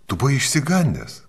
tu buvai išsigandęs